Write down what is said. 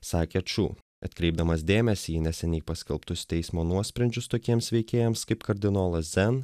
sakė čiu atkreipdamas dėmesį į neseniai paskelbtus teismo nuosprendžius tokiems veikėjams kaip kardinolas zen